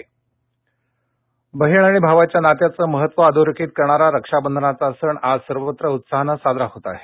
राखी पौर्णिमा बहिण भावाच्या नात्याचं महत्त्व अधोरेखित करणारा रक्षाबधनाचा सण आज सर्वत्र उत्साहानं साजरा होत आहे